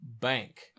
bank